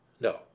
no